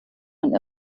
von